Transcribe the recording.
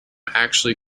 actually